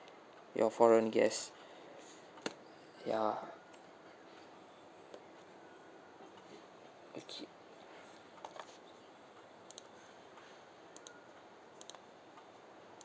your foreign guests ya okay